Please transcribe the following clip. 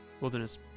wilderness